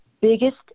biggest